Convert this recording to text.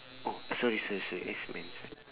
oh sorry sorry sorry X men sorry